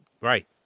right